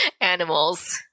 animals